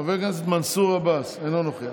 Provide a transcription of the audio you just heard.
חבר הכנסת מנסור עבאס, אינו נוכח,